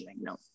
No